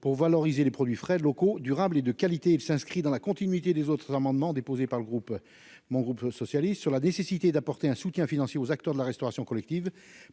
pour valoriser les produits frais de locaux durable et de qualité, il s'inscrit dans la continuité des autres amendements déposés par le groupe mon groupe socialiste sur la nécessité d'apporter un soutien financier aux acteurs de la restauration collective